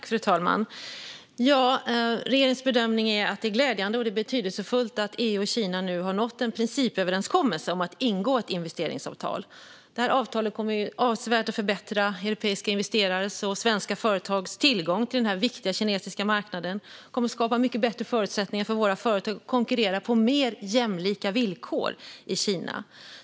Fru talman! Regeringens bedömning är att det är glädjande och betydelsefullt att EU och Kina nu har nått en principöverenskommelse om att ingå ett investeringsavtal. Det här avtalet kommer avsevärt att förbättra europeiska investerares och svenska företags tillgång till den viktiga kinesiska marknaden. Det kommer att skapa mycket bättre förutsättningar att konkurrera på mer jämlika villkor i Kina.